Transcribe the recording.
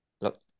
Look